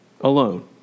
alone